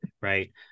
right